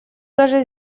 даже